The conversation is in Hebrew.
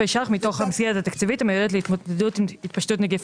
מתוך המסגרת התקציבית המיועדת להתמודדות עם התפשטות נגיף